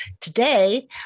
Today